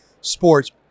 sports